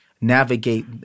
Navigate